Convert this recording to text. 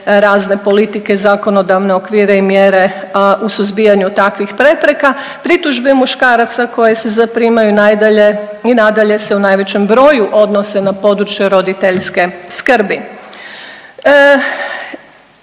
razne politike, zakonodavne okvire i mjere u suzbijanju takvih prepreka. Pritužbe muškaraca koje se zaprimaju najdalje i nadalje se u najvećem broju odnose na područje roditeljske skrbi.